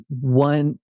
one